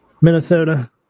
Minnesota